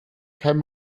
kann